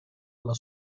alla